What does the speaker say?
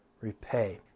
repay